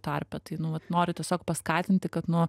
tarpe tai nu vat noriu tiesiog paskatinti kad nu